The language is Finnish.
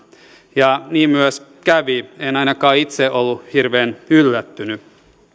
ja niin myös kävi en ainakaan itse ollut hirveän yllättynyt